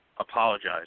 apologize